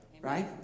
right